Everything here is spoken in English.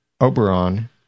Oberon